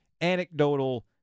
anecdotal